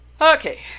Okay